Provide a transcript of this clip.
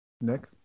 Nick